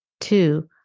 Two